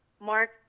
mark